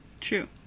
true